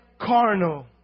carnal